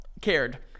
cared